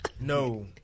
no